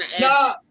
no